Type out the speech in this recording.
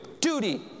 duty